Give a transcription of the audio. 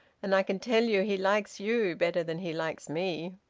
and i can tell you he likes you better than he likes me.